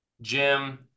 Jim